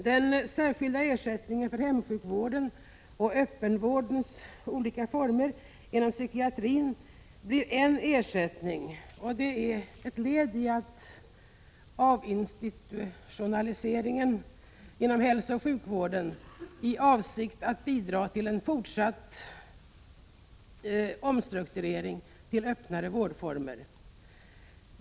Den särskilda ersättningen för hemsjukvården och öppenvårdens olika former inom psykiatrin blir en ersättning, och det är ett led i avinstitutionaliseringen inom hälsooch sjukvården, i avsikt att bidra till en fortsatt omstrukturering till öppnare vårdformer.